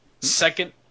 Second